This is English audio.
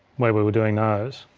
where we were doing those,